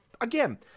again